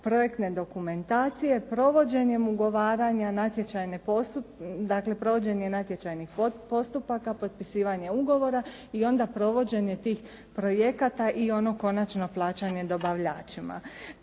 provođenjem ugovaranja, dakle provođenje natječajnih postupaka, potpisivanje ugovora i onda provođenje tih projekata i ono konačno, plaćanje dobavljačima.